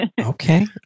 Okay